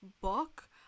book